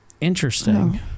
Interesting